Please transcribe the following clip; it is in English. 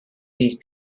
these